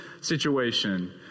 situation